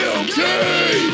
okay